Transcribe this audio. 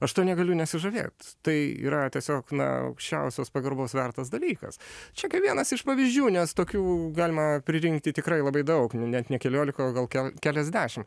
aš tuo negaliu nesižavėti tai yra tiesiog na aukščiausios pagarbos vertas dalykas čia kaip vienas iš pavyzdžių nes tokių galima pririnkti tikrai labai daug net ne keliolika o gal keliasdešim